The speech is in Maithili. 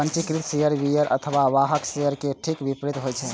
पंजीकृत शेयर बीयरर अथवा वाहक शेयर के ठीक विपरीत होइ छै